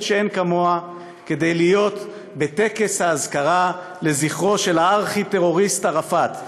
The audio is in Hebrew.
שאין כמוה כדי להיות בטקס האזכרה של הארכי-טרוריסט ערפאת,